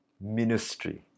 ministry